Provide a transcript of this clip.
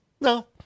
No